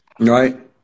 Right